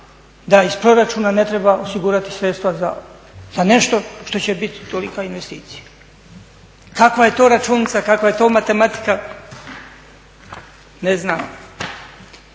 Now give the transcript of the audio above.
da iz proračuna ne treba osigurati sredstva za nešto što će biti tolika investicija. Kakva je to računica, kakva je to matematika ne znam.